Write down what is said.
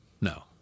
no